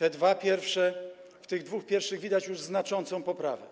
w zakresie tych dwóch pierwszych widać już znaczącą poprawę.